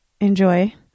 enjoy